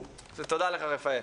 ותודה לך, רפאל.